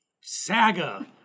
saga